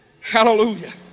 Hallelujah